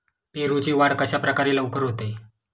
पेरूची वाढ कशाप्रकारे लवकर होते?